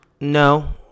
No